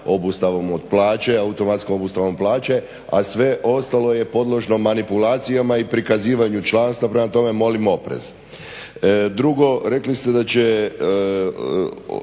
obustavom od plaće, automatskom obustavom plaće, a sve ostalo je podložno manipulacijama i prikazivanju članstva, prema tome molim oprez. Drugo, rekli ste da će